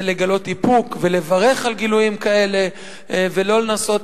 זה לגלות איפוק ולברך על גילויים כאלה ולא לנסות